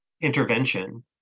Intervention